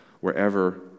wherever